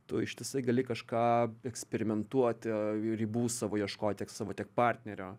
tu ištisai gali kažką eksperimentuoti ribų savo ieškoti tiek savo tiek partnerio